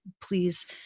please